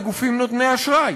לגופים נותני אשראי,